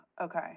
Okay